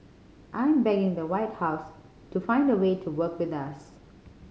I'm begging the White House to find a way to work with us